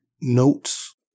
notes